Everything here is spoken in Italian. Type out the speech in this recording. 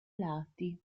lati